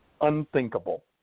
unthinkable